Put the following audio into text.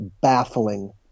baffling